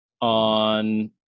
on